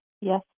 Yes